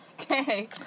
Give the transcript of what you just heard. Okay